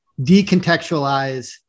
decontextualize